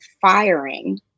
firing